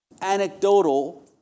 Anecdotal